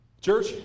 Church